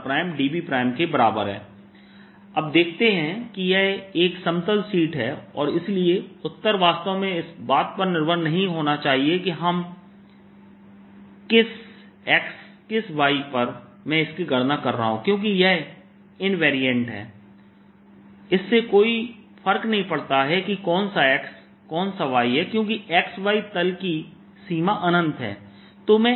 dV अब देखते हैं कि यह एक समतल शीट है और इसलिए उत्तर वास्तव में इस बात पर निर्भर नहीं होना चाहिए हम कि किस x किस y पर मैं इसकी गणना कर रहा हूं क्योंकि यह इनवेरिएंट है इससे कोई फर्क नहीं पड़ता कि कौन सा x कौन सा y है क्योंकि xy तल की सीमा अनंत तक है